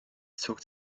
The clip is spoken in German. zog